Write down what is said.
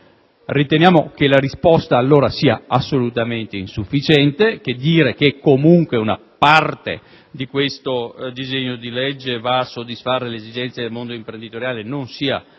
Riteniamo che la risposta sia assolutamente insufficiente e che affermare comunque che una parte di questo disegno di legge va a soddisfare le esigenze del mondo imprenditoriale non sia sufficiente.